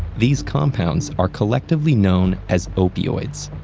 these compounds are collectively known as opioids.